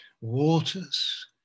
waters